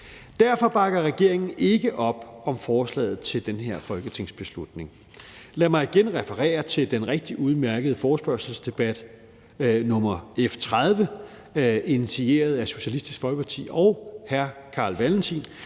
Derfor bakker regeringen ikke op om det her forslag til folketingsbeslutning. Lad mig igen referere til den rigtig udmærkede forespørgselsdebat om F 30, initieret af Socialistisk Folkeparti og hr. Carl Valentin,